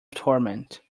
torment